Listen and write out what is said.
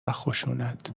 خشونت